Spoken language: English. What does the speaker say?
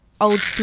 old